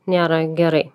nėra gerai